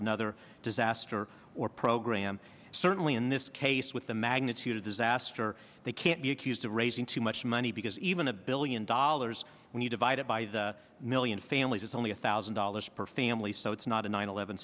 another disaster or program certainly in this case with the magnitude of disaster they can't be accused of raising too much money because even a billion dollars when you divide it by the million families is only a thousand dollars per family so it's not a nine eleven